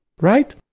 right